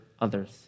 others